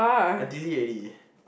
I delete already